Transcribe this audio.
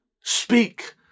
speak